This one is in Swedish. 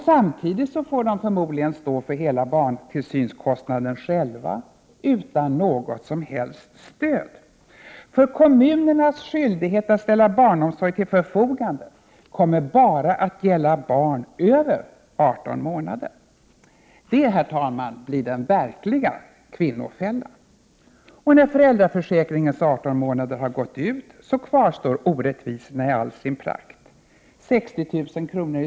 Samtidigt får de förmodligen stå för hela kostnaden för barntillsynen själva, utan något som helst stöd. Kommunernas skyldighet att ställa barnomsorg till förfogande kommer ju bara att gälla barn över 18 månader. Det, herr talman, blir den verkliga kvinnofällan. När föräldraförsäkringens 18 månader gått ut kvarstår orättvisorna i all sin prakt: 60 000 kr.